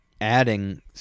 Adding